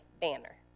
banner